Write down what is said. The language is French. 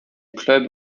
club